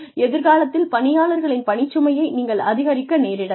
எதிர்காலத்தில் பணியாளர்களின் பணிச்சுமையை நீங்கள் அதிகரிக்க நேரிடலாம்